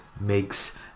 makes